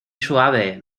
suave